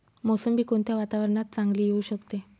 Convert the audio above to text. मोसंबी कोणत्या वातावरणात चांगली येऊ शकते?